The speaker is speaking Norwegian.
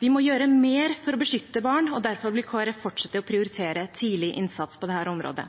Vi må gjøre mer for å beskytte barn, og derfor vil Kristelig Folkeparti fortsette å prioritere tidlig innsats på dette området.